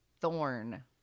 Thorn